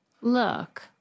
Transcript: look